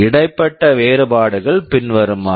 இடைப்பட்ட வேறுபாடுகள் பின்வருமாறு